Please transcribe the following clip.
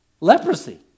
Leprosy